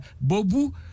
Bobu